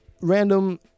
random